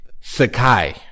Sakai